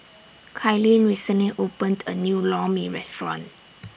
Kailyn recently opened A New Lor Mee Restaurant